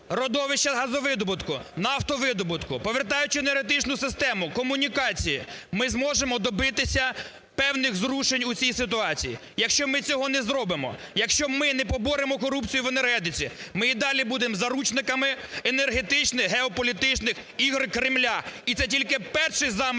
родовища газовидобутку, нафтовидобутку, повертаючи енергетичну систему, комунікації, ми зможемо добитися певних зрушень у цій ситуації. Якщо ми цього не зробимо, якщо ми не поборемо корупцію в енергетиці, ми і далі будемо заручниками енергетичних, геополітичних ігор Кремля. І це тільки перший замах на